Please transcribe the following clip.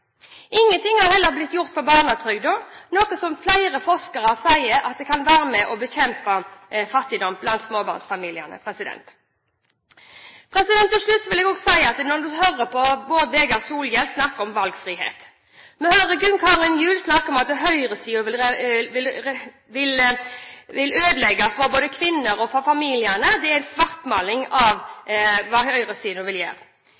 gjort. Heller ikke noe har blitt gjort med barnetrygden. Flere forskere sier at den kan være med på å bekjempe fattigdom blant småbarnsfamiliene. Til slutt: Vi hører Bård Vegar Solhjell snakke om valgfrihet, og vi hører Gunn Karin Gjul snakke om at høyresiden vil ødelegge for kvinner og familiene. Det er en svartmaling av hva høyresiden vil gjøre.